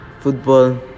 football